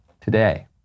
today